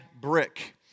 Brick